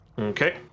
Okay